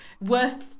worst